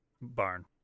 barn